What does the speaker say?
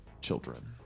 children